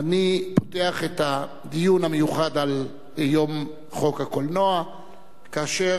אני פותח את הדיון המיוחד על יום חוק הקולנוע ומזמין